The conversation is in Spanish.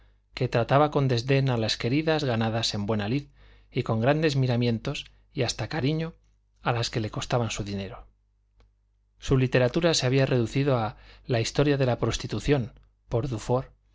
que trataba con desdén a las queridas ganadas en buena lid y con grandes miramientos y hasta cariño a las que le costaban su dinero su literatura se había reducido a la historia de la prostitución por dufour